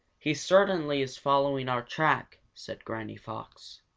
he certainly is following our track, said granny fox.